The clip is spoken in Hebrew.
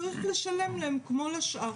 צריך לשלם להם כמו לשאר.